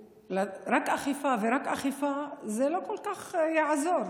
רק אכיפה ורק אכיפה, זה לא כל כך יעזור.